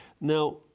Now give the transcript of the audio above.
Now